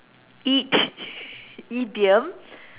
eat idiom